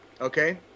okay